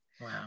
Wow